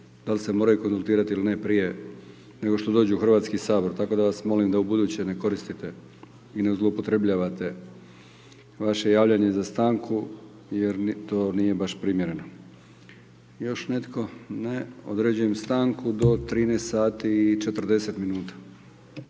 da li se moraju konzultirati ili ne prije nego što dođu u Hrvatski sabor, tako da vas molim da ubuduće ne koristite i ne zloupotrjebljavate vaše javljanje za stanku jer to nije baš primjereno. Još netko? Ne. Određujem stanku do 13h